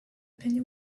penny